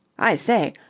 i say,